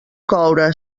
coure